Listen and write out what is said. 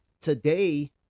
today